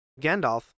Gandalf